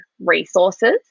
resources